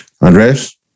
Andres